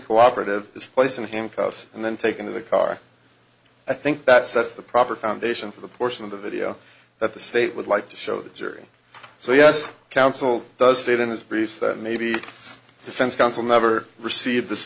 cooperative this place in handcuffs and then taken to the car i think that sets the proper foundation for the portion of the video that the state would like to show the jury so yes counsel does state in his briefs that maybe defense counsel never received this